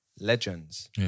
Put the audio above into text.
legends